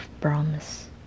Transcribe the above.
promise